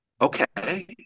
okay